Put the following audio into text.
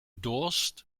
durst